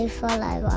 follow